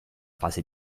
fase